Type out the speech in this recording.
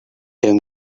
him